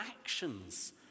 actions